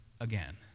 again